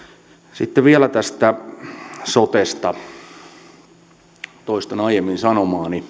sitten vielä tästä sotesta toistan aiemmin sanomaani